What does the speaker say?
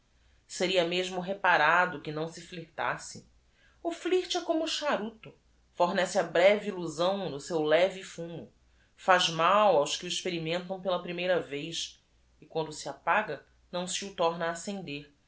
eria mesmo reparado que não se flirtasse f l i r t é como o charuto ornece a breve illusão no seu leve fumo faz mal aos que o experimentam pela p r i m e i r a vez e quando se apaga não se o torna a